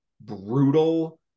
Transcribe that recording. brutal